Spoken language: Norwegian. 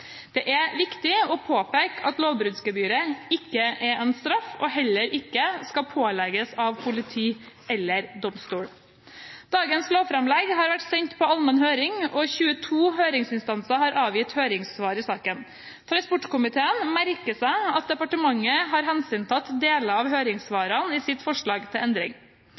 Det er viktig å påpeke at lovbruddsgebyret ikke er en straff og heller ikke skal pålegges av politi eller domstol. Dagens lovframlegg har vært sendt på allmenn høring, og 22 høringsinstanser har avgitt høringssvar i saken. Transportkomiteen merker seg at departementet har hensyntatt deler av høringssvarene i sitt forslag til